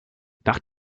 nach